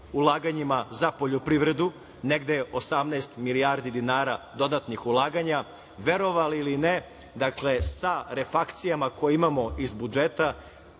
ulaganjima za poljoprivredu, negde je 18 milijardi dinara dodatnih ulaganja. Verovali ili ne, dakle sa refakcijama koje imamo iz budžeta,